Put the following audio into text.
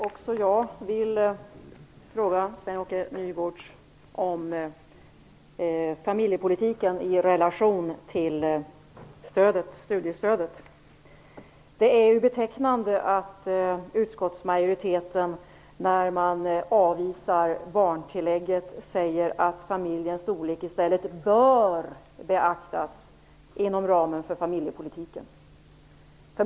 Herr talman! Också jag vill ställa frågor till Sven Det är betecknande att utskottsmajoriteten, när man avvisar barntillägget, säger att familjens storlek bör beaktas inom ramen för familjepolitiken.